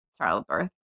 childbirth